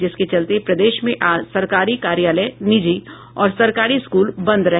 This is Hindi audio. जिसके चलते प्रदेश में आज सरकारी कार्यालय निजी और सरकारी स्कूल बंद रहे